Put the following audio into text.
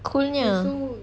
cool nya